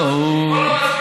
בוא לא נסכים.